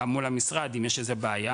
גם מול המשרד אם יש איזו בעיה,